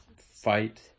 fight